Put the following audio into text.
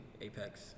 Apex